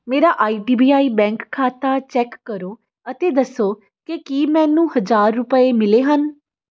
ਮੇਰਾ I D B I bank ਖਾਤਾ ਚੈੱਕ ਕਰੋ ਅਤੇ ਦੱਸੋ ਕਿ ਕੀ ਮੈਨੂੰ ਹਜ਼ਾਰ ਰੁਪਏ ਮਿਲੇ ਹਨ